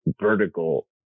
vertical